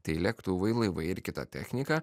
tai lėktuvai laivai ir kita technika